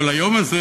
אבל היום הזה